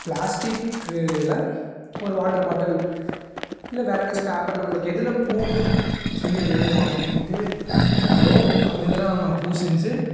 ப்ளாஸ்டிக்கில் ஒரு water bottle இல்லை வேறு ஏதாச்சும் பேப்பரில் உங்களுக்கு எதில் பூ செய்ய வேணும் அப்படின்ட்டு தோணுதோ அந்த இதில் நம்ம பூ செஞ்சு